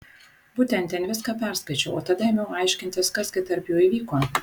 būtent ten viską perskaičiau o tada ėmiau aiškintis kas gi tarp jų įvyko